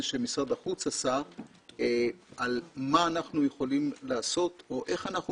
שעשה משרד החוץ על מה אנחנו יכולים לעשות או איך אנחנו